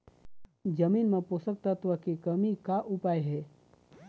जमीन म पोषकतत्व के कमी का उपाय हे?